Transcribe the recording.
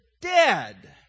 Dead